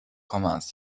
kommas